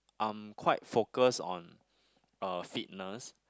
I'm quite focused on uh fitness